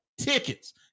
tickets